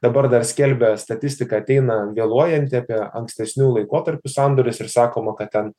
dabar dar skelbia statistika ateina vėluojanti apie ankstesnių laikotarpių sandorius ir sakoma kad ten